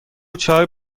چای